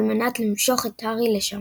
על מנת למשוך את הארי לשם.